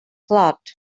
plot